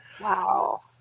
wow